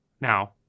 Now